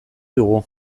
dugu